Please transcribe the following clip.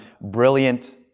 brilliant